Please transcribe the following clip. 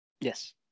yes